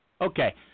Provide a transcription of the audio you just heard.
Okay